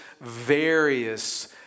various